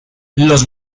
los